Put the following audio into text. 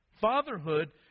Fatherhood